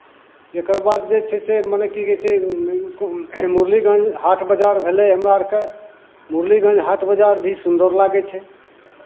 एकर बाद जे छै से मने की कहै छै मुरलीगंज हाट बाजार भेलै हमरा अरके मुरलीगंज हाट बाजार भी सुन्दर लागै छै